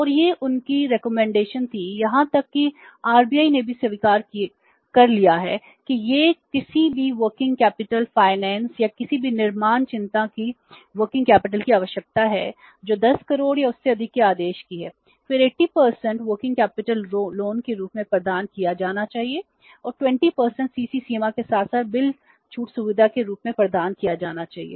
और यह उनकी सिफारिश के रूप में प्रदान किया जाना चाहिए और 20 सीसी सीमा के साथ साथ बिल छूट सुविधा के रूप में प्रदान किया जाना चाहिए